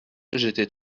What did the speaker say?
j’étais